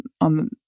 on